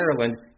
Ireland